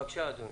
בבקשה, אדוני.